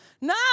No